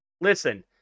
Listen